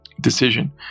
decision